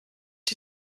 die